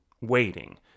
waiting